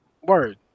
word